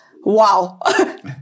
Wow